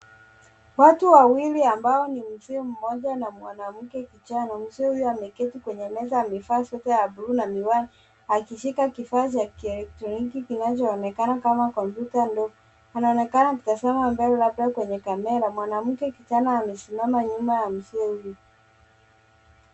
Watu wawili ambao ni mzee mmoja na mwanamke kijana. Mzee huyo ameketi kwenye meza, amevaa sweta ya bluu na miwani akishika kifaa cha kielektroniki kinachoonekana kama kompyuta ndogo. Wanaonekana kutazama mbele labda kwenye kamera. Mwanamke kijana amesimama nyuma ya mzee huyu.